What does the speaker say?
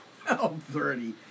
12.30